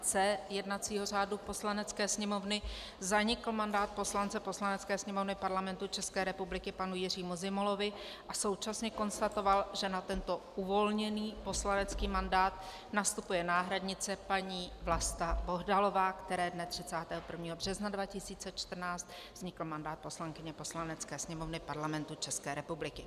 c) jednacího řádu Poslanecké sněmovny zanikl mandát poslance Poslanecké sněmovny Parlamentu České republiky panu Jiřímu Zimolovi, a současně konstatoval, že na tento uvolněný poslanecký mandát nastupuje náhradnice paní Vlasta Bohdalová, které 31. března 2014 vznikl mandát poslankyně Poslanecké sněmovny Parlamentu České republiky.